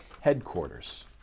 headquarters